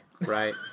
Right